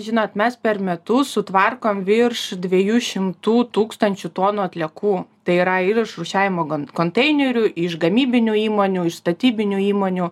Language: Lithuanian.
žinot mes per metus sutvarkom virš dviejų šimtų tūkstančių tonų atliekų tai yra ir iš rūšiavimo konteinerių iš gamybinių įmonių iš statybinių įmonių